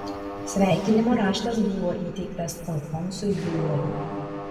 sveikinimo raštas buvo įteiktas alfonsui buliuoliui